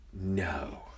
no